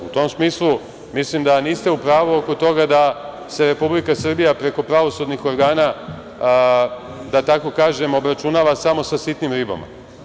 U tom smislu, mislim da niste u pravu oko toga da se Republika Srbija preko pravosudnih organa, da tako kažem, obračunava samo sa sitnim ribama.